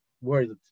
words